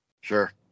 Sure